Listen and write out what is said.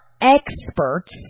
experts